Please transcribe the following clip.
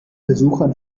besuchern